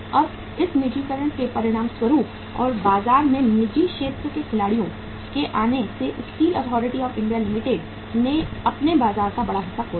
अब इस निजीकरण के परिणामस्वरूप और बाजार में निजी क्षेत्र के खिलाड़ियों के आने से steel authority of India limited ने अपने बाजार का बड़ा हिस्सा खो दिया